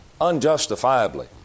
Unjustifiably